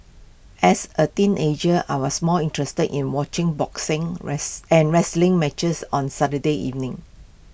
as A teenager I was more interested in watching boxing rice and wrestling matches on Saturday evenings